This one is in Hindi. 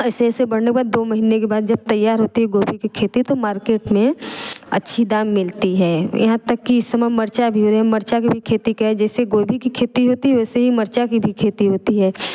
ऐसे ऐसे बढ़ने के बाद दो महीने के बाद जब तैयार होती है गोभी की खेती तो मार्केट में अच्छी दाम मिलती है यहाँ तक कि इस समय मिर्चा भी है मिर्चा के भी खेती क्या है जैसे गोभी खेती होती है वैसे ही मिर्चा की भी खेती होती है